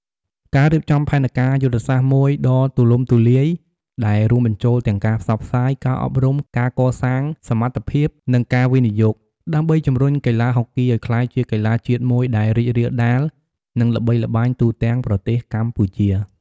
ការរៀបចំផែនការយុទ្ធសាស្ត្រមួយដ៏ទូលំទូលាយ ដែលរួមបញ្ចូលទាំងការផ្សព្វផ្សាយ ការអប់រំ ការកសាងសមត្ថភាព និងការវិនិយោគ ដើម្បីជំរុញកីឡាហុកគីឱ្យក្លាយជាកីឡាជាតិមួយដែលរីករាលដាល និងល្បីល្បាញទូទាំងប្រទេសកម្ពុជា។